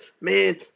Man